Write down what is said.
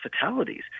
fatalities